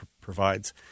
provides